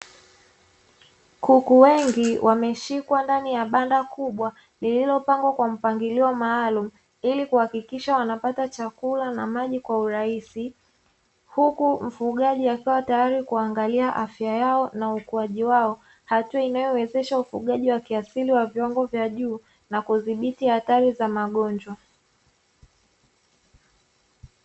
Kuku wengi wameshikwa ndani ya banda kubwa, lililopangwa kwa mpangilio maalumu, ili kuhakikisha wanapata chakula na maji kwa urahisi. Huku mfugaji akiwa tayari kuangalia afya yao na ukuaji wao, hatua inayowezesha ufugaji wa kiasili wa viwango vya juu na kudhibiti hatari za magonjwa.